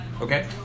Okay